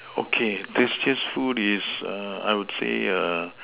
okay tastiest food is err I wound say err